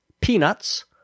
peanuts